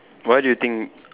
why do you think